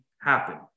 happen